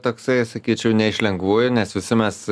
toksai sakyčiau ne iš lengvųjų nes visi mes